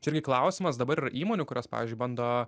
čia irgi klausimas dabar yra įmonių kurios pavyzdžiui bando